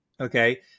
okay